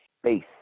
space